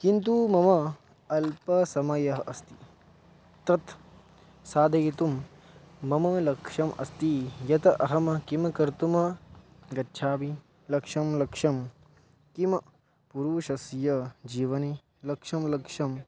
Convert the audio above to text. किन्तु मम अल्पसमयः अस्ति तत् साधयितुं मम लक्ष्यम् अस्ति यत् अहं किं कर्तुं गच्छामि लक्ष्यं लक्ष्यं किं पुरुषस्य जीवने लक्ष्यं लक्ष्यम्